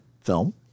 film